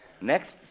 Next